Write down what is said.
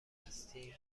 هستیم